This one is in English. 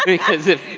because if.